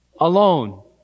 alone